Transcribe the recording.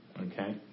okay